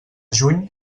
juny